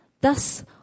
Thus